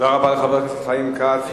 תודה רבה לחבר הכנסת חיים כץ.